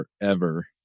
forever